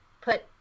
put